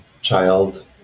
child